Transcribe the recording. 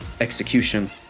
execution